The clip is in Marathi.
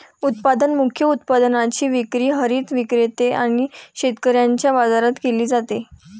उत्पादन मुख्य उत्पादनाची विक्री हरित विक्रेते आणि शेतकऱ्यांच्या बाजारात केली जाते